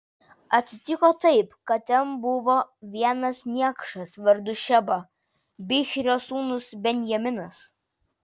atsitiko taip kad ten buvo vienas niekšas vardu šeba bichrio sūnus benjaminas